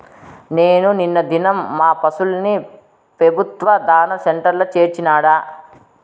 నేను నిన్న దినం మా పశుల్ని పెబుత్వ దాణా సెంటర్ల చేర్చినాడ